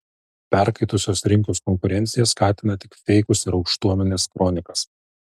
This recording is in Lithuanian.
perkaitusios rinkos konkurencija skatina tik feikus ir aukštuomenės kronikas